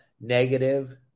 negative